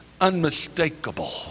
unmistakable